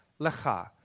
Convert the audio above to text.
lecha